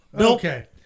Okay